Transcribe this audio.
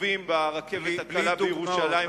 עיכובים ברכבת הקלה בירושלים,